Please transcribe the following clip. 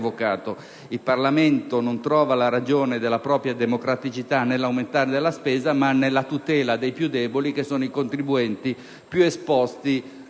il Parlamento non trova la ragione della propria democraticità nell'aumento della spesa, ma nella tutela dei più deboli, che sono i contribuenti più esposti